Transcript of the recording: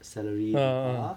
salary data